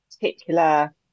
particular